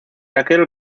aquel